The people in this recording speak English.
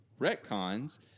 retcons